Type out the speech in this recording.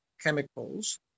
chemicals